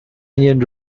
indian